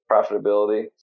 profitability